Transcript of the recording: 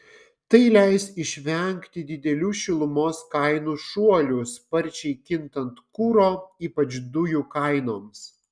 tai leis išvengti didelių šilumos kainų šuolių sparčiai kintant kuro ypač dujų kainoms